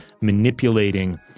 manipulating